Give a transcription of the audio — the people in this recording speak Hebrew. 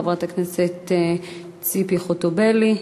חברת הכנסת ציפי חוטובלי,